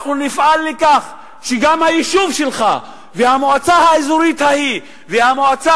ואנחנו נפעל לכך שכל יישוב או מועצה אזורית או מועצה